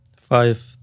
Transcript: five